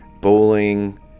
Bowling